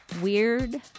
weird